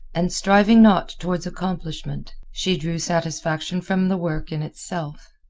and striving not toward accomplishment, she drew satisfaction from the work in itself.